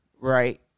right